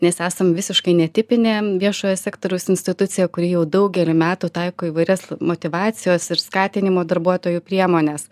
mes esam visiškai netipinė viešojo sektoriaus institucija kuri jau daugelį metų taiko įvairias motyvacijos ir skatinimo darbuotojų priemones